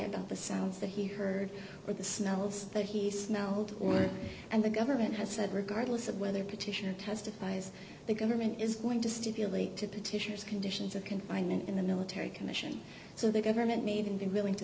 about the sounds that he heard or the smells that he smelled and the government has said regardless of whether petitioner testifies the government is going to stipulate to petitioners conditions of confinement in the military commission so the government needn't be willing to